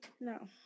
No